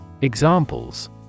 Examples